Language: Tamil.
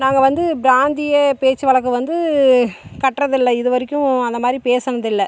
நாங்கள் வந்து பிராந்திய பேச்சு வழக்கை வந்து கற்றதில்லை இது வரைக்கும் அந்தமாதிரி பேசுனதில்லை